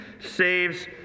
saves